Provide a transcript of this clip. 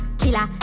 killer